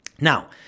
Now